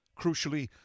Crucially